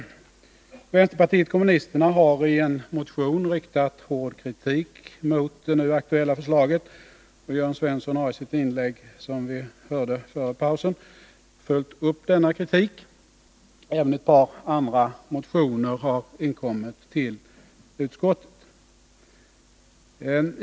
Vänsterpartiet kommunisterna har i en motion riktat hård kritik mot det nu aktuella förslaget. Och Jörn Svensson har i sitt inlägg, som vi hörde före pausen, följt upp denna kritik. Även ett par andra motioner har inkommit till utskottet.